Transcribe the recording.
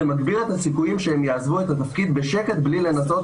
זה מגביר את הסיכויים שהם יעזבו את התפקיד בשקט בלי לנסות